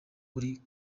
uri